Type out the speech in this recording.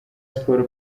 siporo